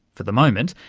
for the moment.